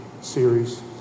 series